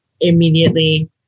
immediately